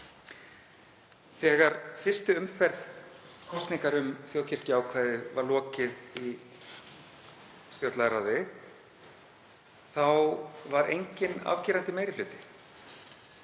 Þegar fyrstu umferð kosninga um þjóðkirkjuákvæðið var lokið í stjórnlagaráði var enginn afgerandi meiri hluti.